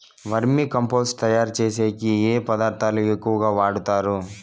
వర్మి compost తయారుచేసేకి ఏ పదార్థాలు ఎక్కువగా వాడుతారు